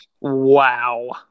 Wow